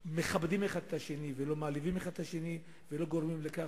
מכבדים אחד את השני ולא מעליבים אחד את השני ולא גורמים לכך